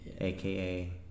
aka